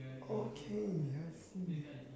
okay I see